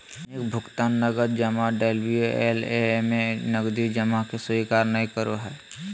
दैनिक भुकतान नकद जमा डबल्यू.एल.ए में नकदी जमा के स्वीकार नय करो हइ